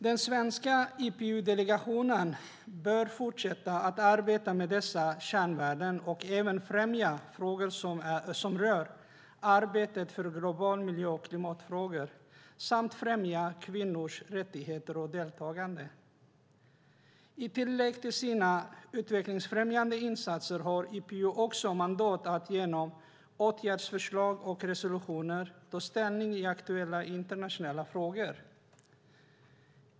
Den svenska IPU-delegationen bör fortsätta att arbeta med sina kärnvärden och även främja frågor som rör arbetet för globala miljö och klimatfrågor samt främja kvinnors rättigheter och deltagande. I tillägg till sina utvecklingsfrämjande insatser har IPU mandat att genom åtgärdsförslag och resolutioner ta ställning i aktuella internationella frågor.